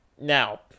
Now